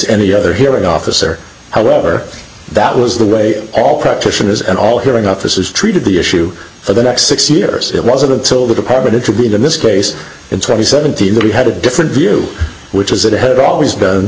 any other hearing officer however that was the way all practitioners and all hearing officers treated the issue for the next six years it wasn't until the department to be in this case in twenty seventeen that we had a different view which is that it had always